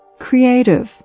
Creative